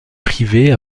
privée